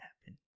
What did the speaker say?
happen